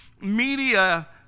media